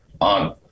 on